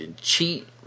cheat